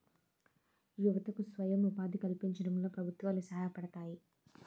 యువతకు స్వయం ఉపాధి కల్పించడంలో ప్రభుత్వాలు సహాయపడతాయి